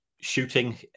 shooting